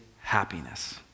happiness